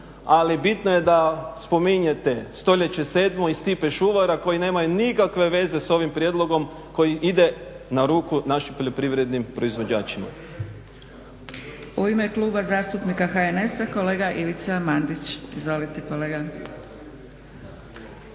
ali bitno je da spominjete stoljeće 7. i Stipu Šuvara koji nemaju nikakve veze sa ovim prijedlogom koji ide na ruku našim poljoprivrednim proizvođačima.